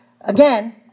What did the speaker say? Again